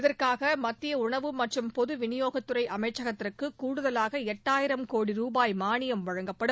இதற்காக மத்திய உணவு மற்றும் பொது விநியோகத்துறை அமைச்சகத்திற்கு கூடுதலாக எட்டாயிரம் கோடி ரூபாய் மானியம் வழங்கப்படும்